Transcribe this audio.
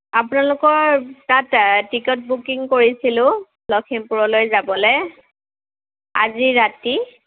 আপোনালোকৰ তাত ticket booking কৰিছিলোঁ লখিমপুৰলৈ যাবলৈ আজি ৰাতি